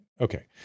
okay